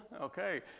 Okay